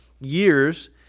years